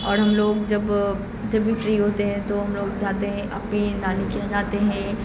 اور ہم لوگ جب جب بھی فری ہوتے ہیں تو ہم لوگ جاتے ہیں اپے نانی کے یہاں جاتے ہیں